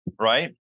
right